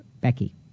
Becky